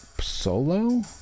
Solo